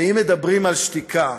ואם מדברים על שתיקה,